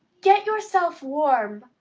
get yourself warm,